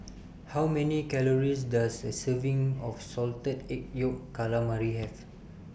How Many Calories Does A Serving of Salted Egg Yolk Calamari Have